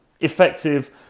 effective